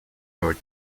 bird